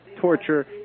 Torture